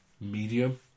medium